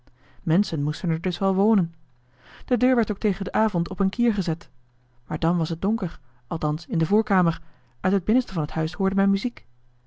menschen moeten er dus wel wonen de deur werd ook tegen den avond op een kier gezet maar dan was het donker althans in de voorkamer uit het binnenste van het huis hoorde men muziek